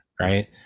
right